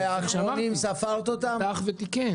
הוא פתח ותיקן.